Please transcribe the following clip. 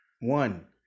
One